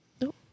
No